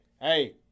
Hey